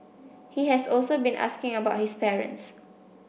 he has also been asking about his parents